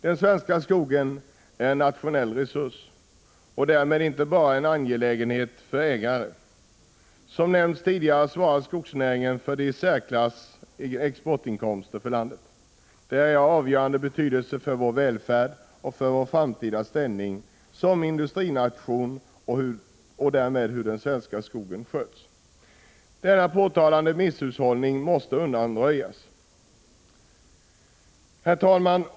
Den svenska skogen är en nationell resurs och därmed inte bara en angelägenhet för ägarna. Som nämnts tidigare svarar skogsnäringen för de i särklass största exportinkomsterna. Den är av avgörande betydelse för vår välfärd och för vår framtida ställning som industrination hur den svenska skogen sköts. Denna påtalade misshushållning måste undanröjas. Herr talman!